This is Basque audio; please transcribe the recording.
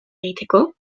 egiteko